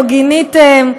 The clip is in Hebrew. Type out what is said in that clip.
"לא גיניתם",